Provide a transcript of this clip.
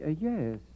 yes